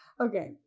Okay